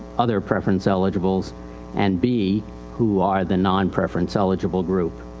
other preference eligibleis and b who are the non-preference eligible group.